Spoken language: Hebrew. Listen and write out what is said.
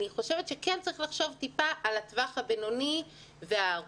אני חושבת שכן צריך לחשוב טיפה על הטווח הבינוני והארוך,